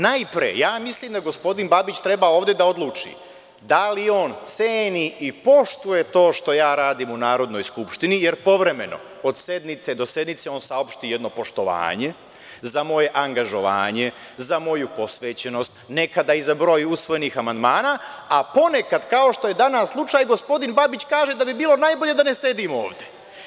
Najpre, ja mislim da gospodin Babić treba da odluči da li on ceni i poštuje to što ja radim u Narodnoj skupštini Republike Srbije, jer povremeno od sednice do sednice, on saopšti jedno poštovanje za moje angažovanje, za moju posvećenost, a nekada i za broj usvojenih amandmana, a ponekad, kao što je danas slučaj, kao što gospodin Babić kaže, da bi bilo najbolje da ne sedim ovde.